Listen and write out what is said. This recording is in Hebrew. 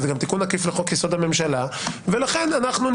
זה גם תיקון עקיף לחוק יסוד: הממשלה לכן אולי